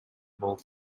болуп